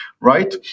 right